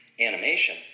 animation